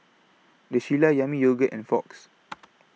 The Shilla Yami Yogurt and Fox